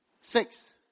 six